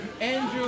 Andrew